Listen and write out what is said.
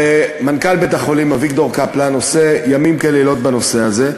ומנכ"ל בית-החולים אביגדור קפלן עושה לילות כימים בנושא הזה,